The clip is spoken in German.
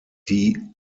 die